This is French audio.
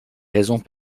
raisons